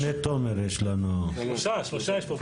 אני רוצה לומר קודם כל, מדברים על משפט, על בג"ץ.